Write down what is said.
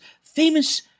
Famous